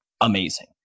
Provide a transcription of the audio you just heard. amazing